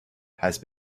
has